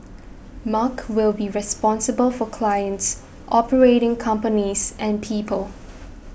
Mark will be responsible for clients operating companies and people